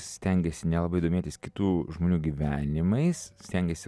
stengiesi nelabai domėtis kitų žmonių gyvenimais stengiesi